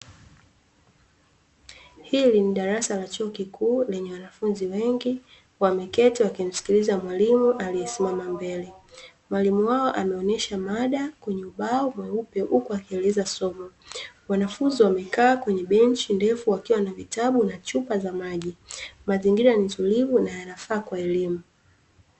Hili ni darasa la chuo kikuu lenye wanafunzi wengi wameketi, wakimsikiliza mwalimu aliyesimama mbele. Mwalimu wao ameonyesha mada kwenye ubao mweupe huku akieleza somo, wanafunzi wamekaa kwenye bechi ndefu wakiwa na vitabu na chupa za maji mazingira ni tulivu yanafaa kwa elimu.